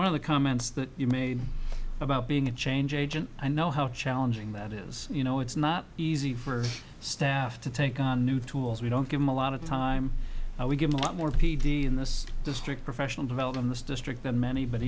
one of the comments that you made about being a change agent i know how challenging that is you know it's not easy for staff to take on new tools we don't give them a lot of time and we give a lot more p v in this district professional developer in this district than many but